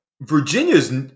Virginia's